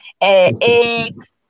eggs